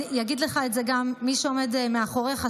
יגיד לך את זה גם מי שעומד מאחוריך,